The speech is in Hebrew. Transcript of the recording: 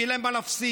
שיהיה להם מה להפסיד.